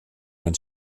man